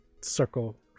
circle